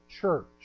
church